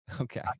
Okay